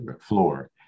floor